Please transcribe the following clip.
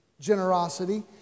generosity